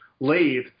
lathe